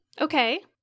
Okay